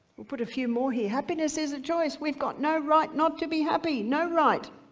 we'll put a few more here. happiness is a choice. we've got no right not to be happy, no right.